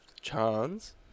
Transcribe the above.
chance